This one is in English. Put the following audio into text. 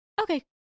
Okay